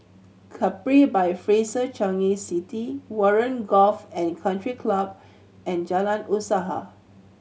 Capri by Fraser Changi City Warren Golf and Country Club and Jalan Usaha